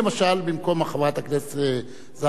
במקום חברת הכנסת זהבה גלאון,